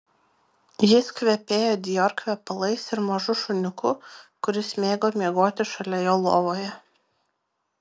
jis kvepėjo dior kvepalais ir mažu šuniuku kuris mėgo miegoti šalia jo lovoje